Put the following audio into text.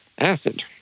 acid